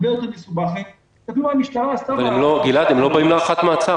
זה הרבה יותר מסובך --- אבל הם לא באים להארכת מעצר.